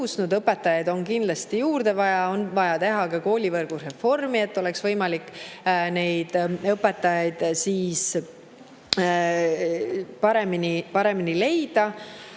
õpetajaid on kindlasti juurde vaja, on vaja teha ka koolivõrgu reform, et oleks võimalik õpetajaid paremini leida.